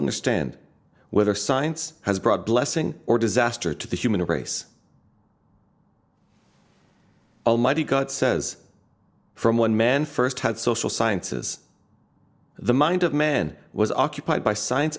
understand whether science has brought blessing or disaster to the human race almighty god says from one man first had social sciences the mind of man was occupied by science